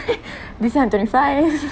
this year I'm twenty five